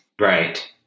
Right